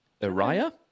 Uriah